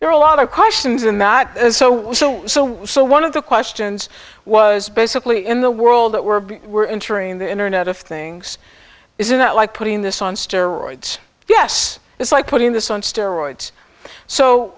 there are a lot of questions and matt so so so so one of the questions was basically in the world that we're entering the internet of things isn't that like putting this on steroids yes it's like putting this on steroids so